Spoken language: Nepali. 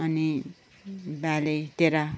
अनि बालीतिर